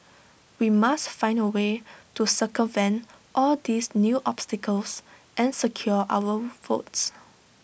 we must find A way to circumvent all these new obstacles and secure our votes